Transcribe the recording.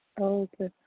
okay